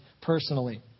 personally